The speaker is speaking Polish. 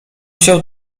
się